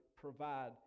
provide